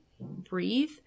breathe